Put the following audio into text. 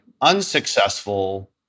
unsuccessful